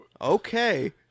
okay